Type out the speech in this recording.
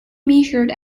measured